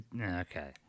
okay